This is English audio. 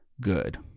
good